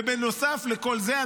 בנוסף לכל זה,